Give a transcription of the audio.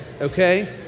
okay